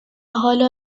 حالا